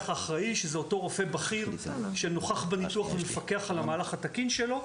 אחראי שזה אותו רופא בכיר שנוכח בניתוח ומפקח על המהלך התקין שלו.